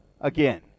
Again